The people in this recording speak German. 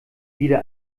wieder